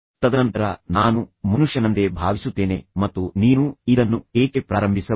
ತದನಂತರ ನಾನು ಮನುಷ್ಯನಂತೆ ಭಾವಿಸುತ್ತೇನೆ ಮತ್ತು ನೀನು ಇದನ್ನು ಏಕೆ ಪ್ರಾರಂಭಿಸಬಾರದು